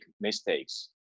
mistakes